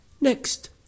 Next